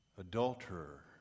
Adulterer